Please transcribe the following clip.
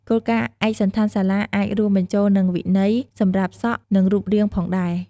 គោលការណ៍ឯកសណ្ឋានសាលាអាចរួមបញ្ចូលនឹងវិន័យសម្រាប់សក់ និងរូបរាងផងដែរ។